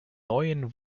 neuen